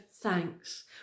thanks